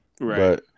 Right